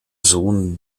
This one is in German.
sohn